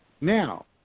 Now